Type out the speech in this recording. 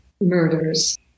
murders